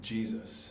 Jesus